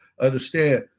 understand